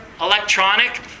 electronic